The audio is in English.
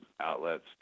outlets